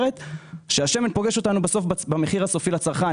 השמן פוגש אותנו במחיר הסופי לצרכן,